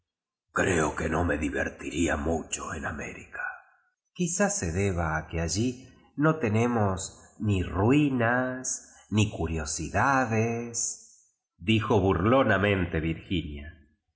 creo que no me divertiría mucho en américa quiz se deba a que allí no tenemos ni ruinas ni curiosidadesdijo fourkmamente virginia